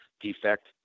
defect